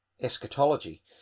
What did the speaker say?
eschatology